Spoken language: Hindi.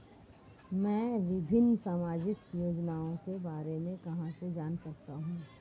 मैं विभिन्न सामाजिक योजनाओं के बारे में कहां से जान सकता हूं?